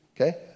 okay